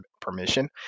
permission